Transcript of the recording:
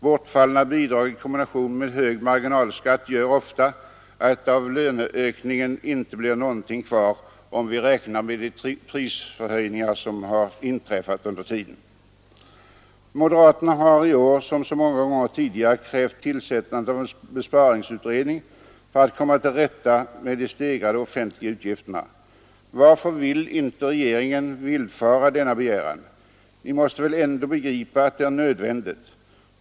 Bortfallna bidrag i kombination med hög marginalskatt gör ofta att det av löneökningen inte blir någonting kvar, om vi räknar med de prishöjningar som inträffar under tiden. Moderaterna har i år som så många gånger tidigare krävt tillsättandet av en besparingsutredning för att komma till rätta med de stegrade offentliga utgifterna. Varför vill inte regeringen villfara denna begä 163 Ni måste väl ändå begripa att detta är nödvändigt?